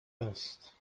است